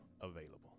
available